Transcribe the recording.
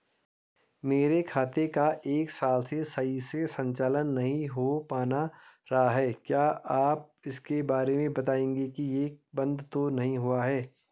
मेरे खाते का एक साल से सही से संचालन नहीं हो पाना रहा है क्या आप इसके बारे में बताएँगे कि ये बन्द तो नहीं हुआ है?